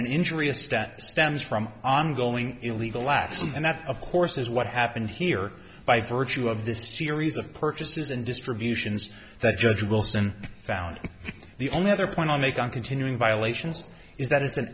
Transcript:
an injury a step stems from ongoing illegal lax and that of course is what happened here by virtue of this series of purchases and distributions that judge wilson found the only other point i make on continuing violations is that it's an